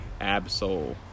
Absol